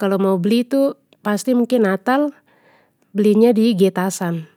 kalo mau beli tu pasti mungkin natal, belinya di getasan.